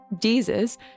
Jesus